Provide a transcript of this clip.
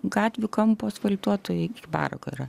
gatvių kampo asfaltuoto parako yra